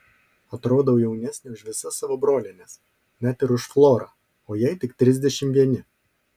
atrodau jaunesnė už visas savo brolienes net ir už florą o jai tik trisdešimt vieni